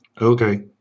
Okay